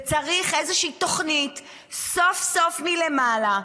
וצריך איזושהי תוכנית סוף-סוף מלמעלה,